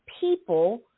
people